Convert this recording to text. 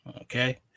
Okay